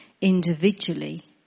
individually